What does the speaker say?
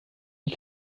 die